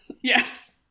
Yes